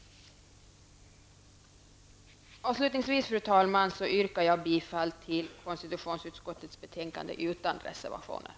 Avslutningsvis, fru talman, yrkar jag bifall till konstitutionsutskottets hemställan i dess helhet och följaktligen avslag på reservationerna.